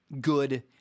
good